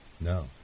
No